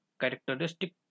characteristic